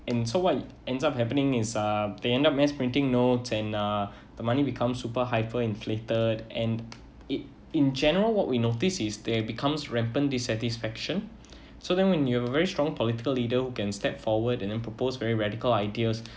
and so what ends up happening is uh they end up mass printing note and uh the money becomes super hyperinflated and it in general what we noticed is they becomes rampant dissatisfaction so then when you very strong political leaders can step forward and then propose very radical ideas